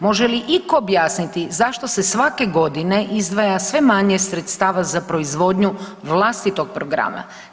Može li iko objasniti zašto se svake godine izdvaja sve manje sredstava za proizvodnju vlastitog programa?